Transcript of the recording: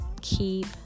Keep